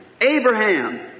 Abraham